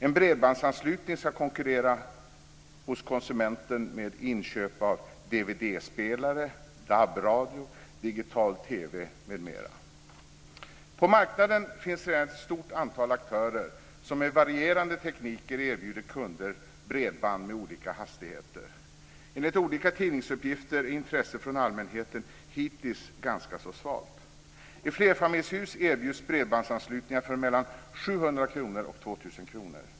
En bredbandsanslutning ska konkurrera med inköp av DVD-spelare, DAB-radio, digital-TV På marknaden finns redan ett stort antal aktörer som med varierande tekniker erbjuder kunder bredband med olika hastigheter. Enligt olika tidningsuppgifter är intresset från allmänheten hittills ganska så svalt. I flerfamiljshus erbjuds bredbandsanslutningar för mellan 700 kr och 2 000 kr.